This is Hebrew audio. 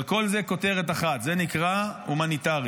אבל כל זה כותרת אחת, זה נקרא "הומניטרי".